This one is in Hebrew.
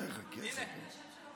הינה.